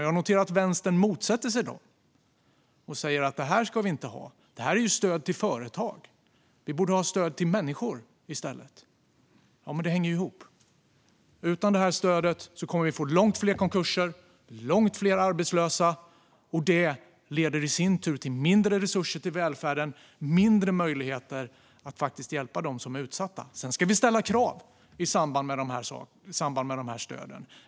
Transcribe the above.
Jag noterar att Vänstern motsätter sig dem och säger att det ska vi inte ha, att det är stöd till företag och att vi borde ha stöd till människor i stället. Men det hänger ju ihop. Utan stödet kommer vi att få långt fler konkurser och arbetslösa, och detta leder i sin tur till mindre resurser till välfärden och färre möjligheter att hjälpa dem som är utsatta. Sedan ska vi ställa krav i samband med stöden.